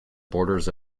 borders